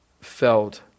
felt